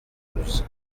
douze